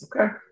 Okay